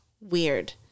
weird